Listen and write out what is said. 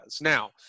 Now